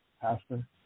Pastor